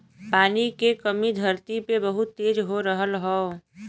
पानी के कमी धरती पे बहुत तेज हो रहल हौ